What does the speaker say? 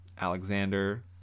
Alexander